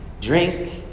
drink